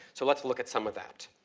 so let's look at some of that.